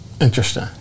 Interesting